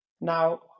Now